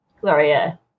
Gloria